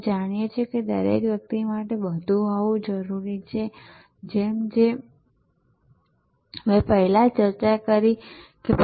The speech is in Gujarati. અમે જાણીએ છીએ કે દરેક વ્યક્તિ માટે બધું જ હોવું જરૂરી છે જેમ મેં પહેલા ચર્ચા કરી છે